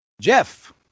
Jeff